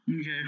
Okay